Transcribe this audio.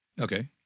Okay